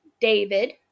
David